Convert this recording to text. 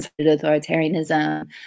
authoritarianism